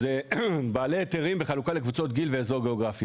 אז בעלי היתרים בחלוקה לקבוצות גיל ואזור גיאוגרפי,